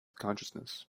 consciousness